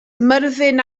myrddin